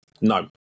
No